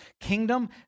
kingdom